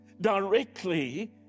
directly